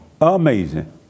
Amazing